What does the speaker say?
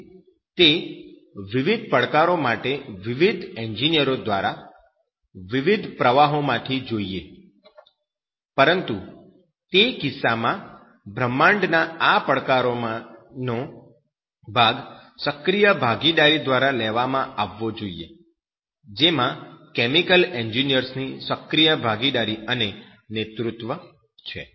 તેથી તે વિવિધ પડકારો માટે વિવિધ એન્જિનિયરો દ્વારા વિવિધ પ્રવાહો માંથી જોઈએ પરંતુ તે કિસ્સામાં બ્રહ્માંડના આ પડકારોનો ભાગ સક્રિય ભાગીદારી દ્વારા લેવામાં આવવો જોઈએ જેમાં કેમિકલ એન્જિનિયર્સની સક્રિય ભાગીદારી અને નેતૃત્વ છે